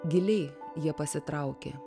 giliai jie pasitraukė